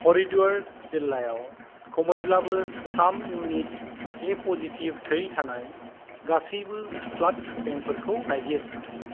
हरिद्वार जिल्लायाव खमैब्लाबो थाम इउनिट ए पजिटिभ थै थानाय गासिबो ब्लाड बेंकफोरखौ नागिर